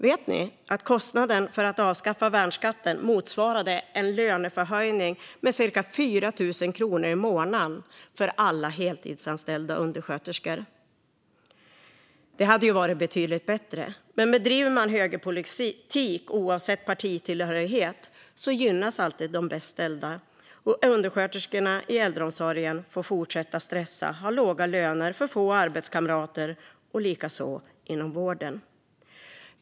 Vet ni att kostnaden för avskaffad värnskatt motsvarade en lönehöjning med cirka 4 000 kronor i månaden för alla heltidsanställda undersköterskor? Det hade ju varit betydligt bättre. Men driver man högerpolitik, oavsett partitillhörighet, gynnas alltid de bäst ställda, och undersköterskorna i äldreomsorgen får fortsätta att stressa och ha låga löner och för få arbetskamrater. Detsamma gäller inom vården.